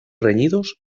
reñidos